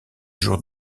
jour